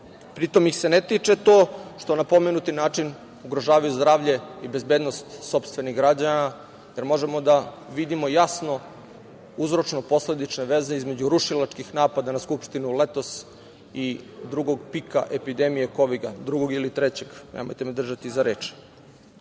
Pritom, ne tiče ih se to što na pomenuti način ugrožavaju zdravlje i bezbednost sopstvenih građana, jer možemo da vidimo jasno uzročno-posledične veze između rušilačkih napada na Skupštinu letos i drugog pika epidemije kovida, drugog ili trećeg, nemojte me držati za reč.